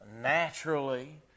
naturally